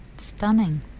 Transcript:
Stunning